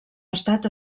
estat